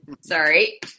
Sorry